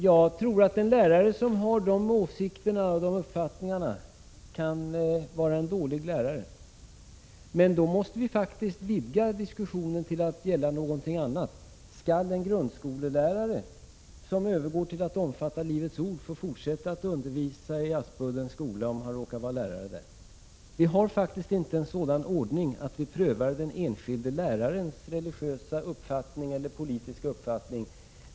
Jag tror att en lärare som har sådana åsikter och uppfattningar kan vara en dålig lärare, men då måste vi faktiskt vidga diskussionen till att gälla någonting annat: Skall en grundskolelärare som övergår till att omfatta Livets ord få fortsätta att undervisa i Aspuddens skola, om han råkar vara lärare där? Vi har faktiskt inte en sådan ordning att vi prövar en enskild lärares religiösa eller politiska uppfattning.